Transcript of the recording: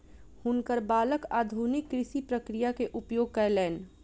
हुनकर बालक आधुनिक कृषि प्रक्रिया के उपयोग कयलैन